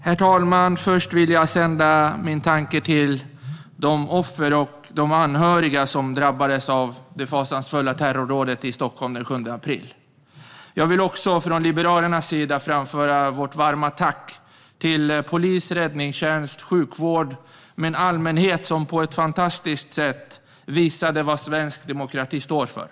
Herr talman! Först vill jag sända min tanke till de offer och de anhöriga som drabbades av det fasansfulla terrordådet i Stockholm den 7 april. Jag vill också från Liberalernas sida framföra vårt varma tack till polis, räddningstjänst, sjukvård och en allmänhet som på ett fantastiskt sätt visade vad svensk demokrati står för.